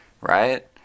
right